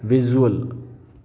visual